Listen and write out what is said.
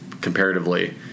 comparatively